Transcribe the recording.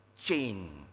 chain